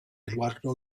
eduardo